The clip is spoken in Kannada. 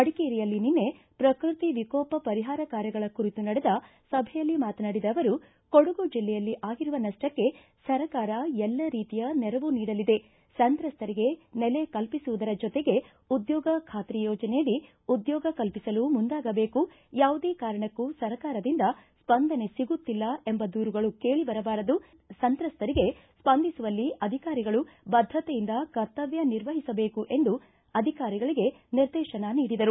ಮಡಿಕೇರಿಯಲ್ಲಿ ನಿನ್ನೆ ಪ್ರಕೃತಿ ವಿಕೋಪ ಪರಿಹಾರ ಕಾರ್ಯಗಳ ಕುರಿತು ನಡೆದ ಸಭೆಯಲ್ಲಿ ಮಾತನಾಡಿದ ಅವರು ಕೊಡಗು ಜಿಲ್ಲೆಯಲ್ಲಿ ಆಗಿರುವ ನಷ್ಟಕ್ಕೆ ಸರ್ಕಾರ ಎಲ್ಲಾ ರೀತಿಯ ನೆರವು ನೀಡಲಿದೆ ಸಂತ್ರಸ್ವರಿಗೆ ನೆಲೆ ಕಲ್ಪಿಸುವುದರ ಜೊತೆಗೆ ಉದ್ಯೋಗ ಖಾತರಿ ಯೋಜನೆಯಡಿ ಉದ್ಯೋಗ ಕಲ್ಪಿಸಲು ಮುಂದಾಗಬೇಕು ಯಾವುದೇ ಕಾರಣಕ್ಕೂ ಸರ್ಕಾರದಿಂದ ಸ್ಪಂದನೆ ಸಗುತ್ತಿಲ್ಲ ಎಂಬ ದೂರುಗಳು ಕೇಳಿಬರಬಾರದು ಸಂತ್ರಸ್ವರಿಗೆ ಸ್ವಂದಿಸುವಲ್ಲಿ ಅಧಿಕಾರಿಗಳು ಬದ್ದತೆಯಿಂದ ಕರ್ತವ್ದ ನಿರ್ವಹಿಸಬೇಕು ಎಂದು ಅಧಿಕಾರಿಗಳಿಗೆ ನಿರ್ದೇಶನ ನೀಡಿದರು